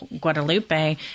Guadalupe